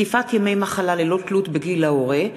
3) (זקיפת ימי מחלה ללא תלות בגיל ההורה),